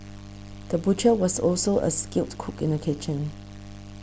the butcher was also a skilled cook in the kitchen